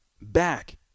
back